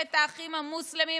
ממשלת האחים המוסלמים,